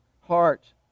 heart